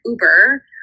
Uber